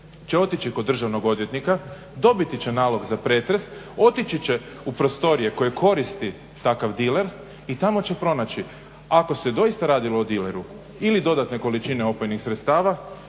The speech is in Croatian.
će otići kod državnog odvjetnika, dobiti će nalog za pretres, otići će u prostorije koje koristi takav diler i tamo će pronaći ako se doista radilo o dileru ili dodatne količine opojnih sredstava